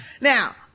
Now